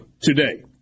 today